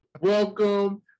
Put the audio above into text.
welcome